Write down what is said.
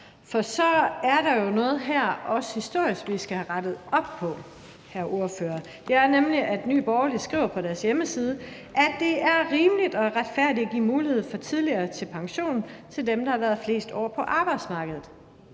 for så er der jo noget her, også historisk, vi skal have rettet op på, hr. ordfører. Det er nemlig sådan, at Nye Borgerlige skriver på deres hjemmeside, at det er rimeligt og retfærdigt at give mulighed for tidligere pension til dem, der har været flest år på arbejdsmarkedet,